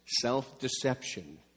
self-deception